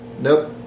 Nope